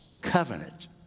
Covenant